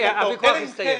הוויכוח הסתיים.